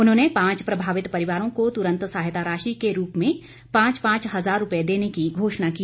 उन्होंने पांच प्रभावित परिवारों को तुरंत सहायता राशि के रूप में पांच पांच हजार रूपए देने की घोषणा की